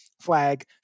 flag